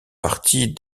partie